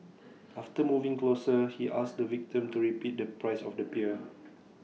after moving closer he asked the victim to repeat the price of the beer